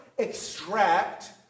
extract